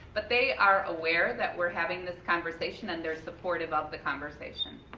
but they are aware that we are having this conversation and they're supportive of the conversation.